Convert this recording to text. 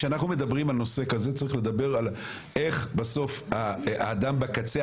כשאנחנו מדברים על נושא כזה צריך לדבר על איך בסוף האדם בקצה,